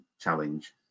challenge